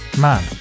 man